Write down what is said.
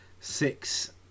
six